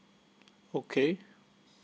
okay